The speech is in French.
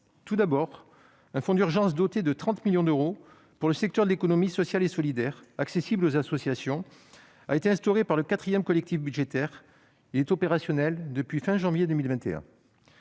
Tout d'abord, un fonds d'urgence doté de 30 millions d'euros pour le secteur de l'économie sociale et solidaire, accessible aux associations, a été instauré par le quatrième collectif budgétaire. Il est opérationnel depuis la fin du